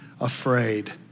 afraid